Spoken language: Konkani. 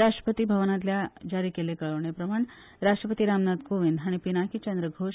राष्ट्रपती भवनातल्यान जारी केल्ले कळोवणे प्रमाण राष्ट्रपती रामनाथ कोविंद हाणी पिनाकी चंद्र घोष